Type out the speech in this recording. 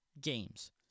games